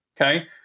Okay